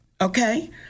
Okay